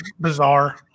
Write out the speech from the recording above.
bizarre